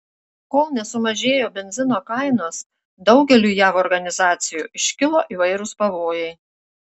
kol nesumažėjo benzino kainos daugeliui jav organizacijų iškilo įvairūs pavojai